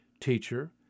Teacher